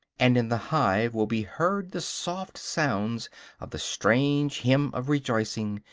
and in the hive will be heard the soft sounds of the strange hymn of rejoicing,